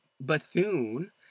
Bethune